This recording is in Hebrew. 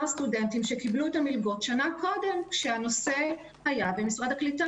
הסטודנטים שקיבלו את המלגות שנה קודם כשהנושא היה במשרד הקליטה.